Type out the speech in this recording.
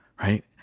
Right